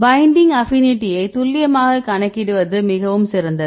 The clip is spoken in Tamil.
பைண்டிங் அபினிட்டியை துல்லியமாக கணக்கிடுவது மிகவும் சிறந்தது